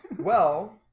well,